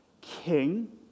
king